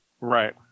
Right